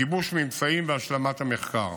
גיבוש ממצאים והשלמת המחקר.